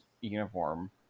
uniform